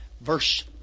verse